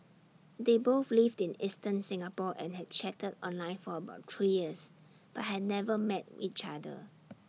they both lived in eastern Singapore and had chatted online for about three years but had never met each other